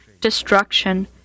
destruction